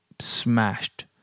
smashed